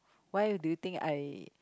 why you do you think I